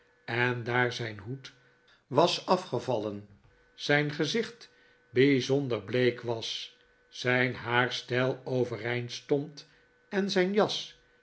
en daar zijn hoed was afgevallen zijn gezicht bijzonder bleek was zijn haar steil overeind stond en zijn jas